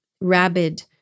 rabid